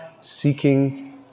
seeking